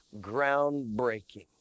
ground-breaking